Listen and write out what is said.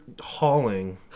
hauling